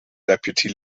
deputy